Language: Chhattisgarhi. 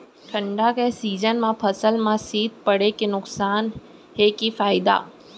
ठंडा के सीजन मा फसल मा शीत पड़े के नुकसान हे कि फायदा?